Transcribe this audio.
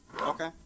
okay